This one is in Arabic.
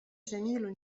جميل